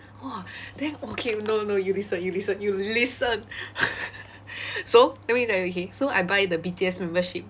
!wah! then okay no no you listen you listen you listen so let me tell you okay so I buy the B_T_S membership